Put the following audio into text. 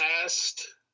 past